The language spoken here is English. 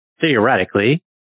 theoretically